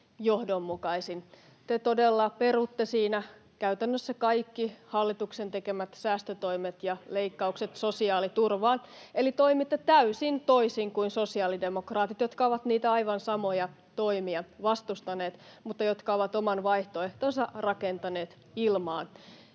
johdonmukaisin. Te todella perutte siinä käytännössä kaikki hallituksen tekemät säästötoimet ja leikkaukset sosiaaliturvaan, [Vilhelm Junnila: Toisin kuin demarit!] eli toimitte täysin toisin kuin sosiaalidemokraatit, jotka ovat niitä aivan samoja toimia vastustaneet mutta jotka ovat oman vaihtoehtonsa rakentaneet ilmaan